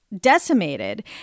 decimated